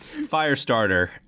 Firestarter